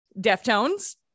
Deftones